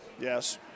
Yes